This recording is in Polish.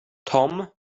tom